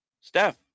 Steph